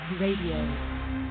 radio